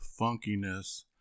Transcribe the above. funkiness